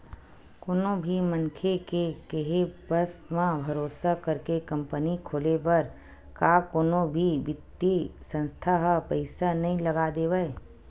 कोनो भी मनखे के केहे बस म, भरोसा करके कंपनी खोले बर का कोनो भी बित्तीय संस्था ह पइसा नइ लगा देवय